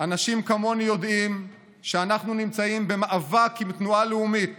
אנשים כמוני יודעים שאנחנו נמצאים במאבק עם תנועה לאומית